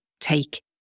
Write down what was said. take